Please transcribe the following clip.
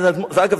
אגב,